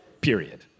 period